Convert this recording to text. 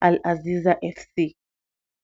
al aziza xt.